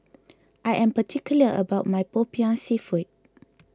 I am particular about my Popiah Seafood